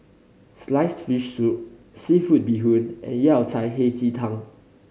sliced fish soup seafood bee hoon and Yao Cai Hei Ji Tang